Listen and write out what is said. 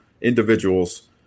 individuals